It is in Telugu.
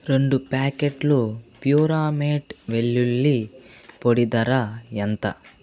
రెండు ప్యాకెట్లు ప్యూరామేట్ వెల్లుల్లి పొడి ధర ఎంత